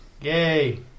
Yay